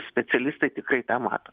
specialistai tikrai tą mato